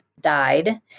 died